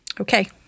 Okay